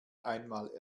einmal